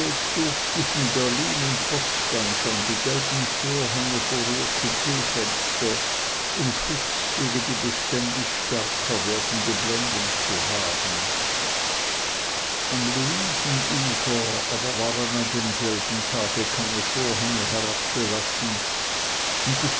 zwischen berlin und potsdam schon die gelben vorhänge vor ihr kupeefenster um schutz gegen die beständig stärker werdende blendung zu haben am luisen ufer aber waren an demselben tage keine vorhänge herabgelassen